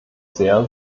sehr